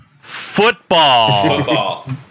Football